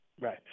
Right